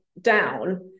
down